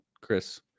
Chris